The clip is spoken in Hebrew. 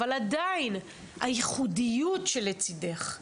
אבל עדיין הייחודית של "לצידך",